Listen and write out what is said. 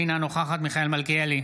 אינה נוכחת מיכאל מלכיאלי,